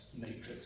matrix